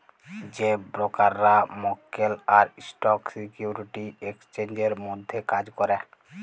যে ব্রকাররা মক্কেল আর স্টক সিকিউরিটি এক্সচেঞ্জের মধ্যে কাজ ক্যরে